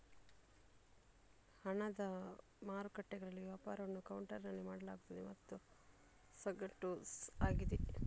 ಹಣದ ಮಾರುಕಟ್ಟೆಗಳಲ್ಲಿ ವ್ಯಾಪಾರವನ್ನು ಕೌಂಟರಿನಲ್ಲಿ ಮಾಡಲಾಗುತ್ತದೆ ಮತ್ತು ಸಗಟು ಆಗಿದೆ